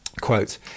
Quote